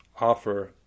offer